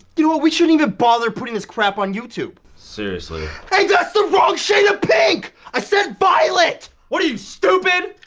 you know what? we shouldn't even bother putting this crap on youtube. seriously. hey, that's the wrong shade of pink! i said violet! what are you, stupid?